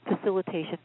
facilitation